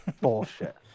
Bullshit